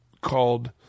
called